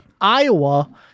iowa